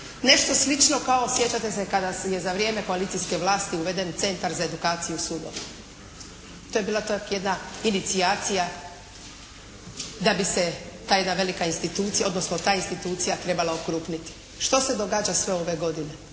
Nešto slično kao sjećate se kada je za vrijeme koalicijske vlasti uveden Centar za edukaciju sudova. To je bila tako jedna inicijacija da bi se ta jedna velika institucija, odnosno ta institucija trebala okrupniti. Što se događa sve ove godine?